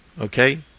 okay